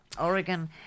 Oregon